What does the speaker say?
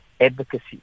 advocacy